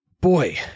boy